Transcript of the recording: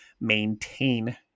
maintain